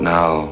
Now